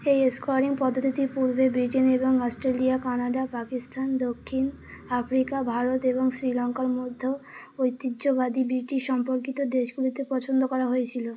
এই স্কোরিং পদ্ধতিতে পূর্বে ব্রিটেন এবং অস্ট্রেলিয়া কানাডা পাকিস্থান দক্ষিণ আফ্রিকা ভারত এবং শ্রীলঙ্কার মধ্য ঐতিহ্যবাদী ব্রিটিশ সম্পর্কিত দেশগুলিতে পছন্দ করা হয়েছিলো